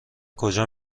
کجا